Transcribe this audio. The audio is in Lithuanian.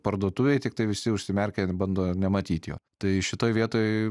parduotuvėj tiktai visi užsimerkę ir bando nematyt jo tai šitoj vietoj